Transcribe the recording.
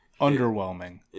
Underwhelming